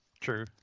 True